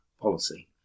policy